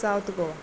south Goa